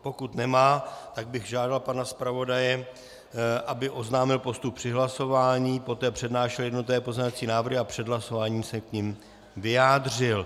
Pokud nemá, tak bych žádal pana zpravodaje, aby oznámil postup při hlasování, poté přednášel jednotlivé pozměňovací návrhy a před hlasováním se k nim vyjádřil.